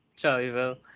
Charlieville